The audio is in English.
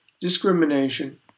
discrimination